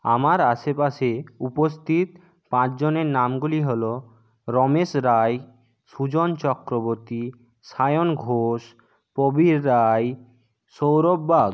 আমার আশেপাশে উপস্থিত পাঁচজনের নামগুলি হল রমেশ রায় সুজন চক্রবর্তী সায়ন ঘোষ প্রবীর রায় সৌরভ বাগ